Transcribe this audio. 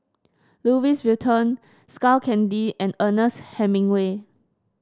Louis Vuitton Skull Candy and Ernest Hemingway